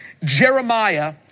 Jeremiah